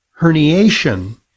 herniation